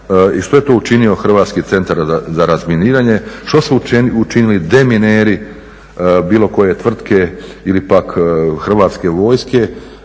i što je to učinio HCR, što su učinili demineri bilo koje tvrtke ili pak Hrvatske vojske